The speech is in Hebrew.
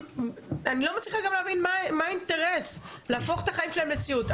אני גם לא מצליחה להבין מה האינטרס להפוך את החיים שלהם לסיוט,